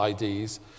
IDs